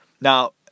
Now